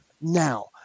Now